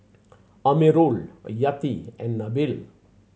Amirul Yati and Nabil